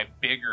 bigger